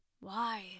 Why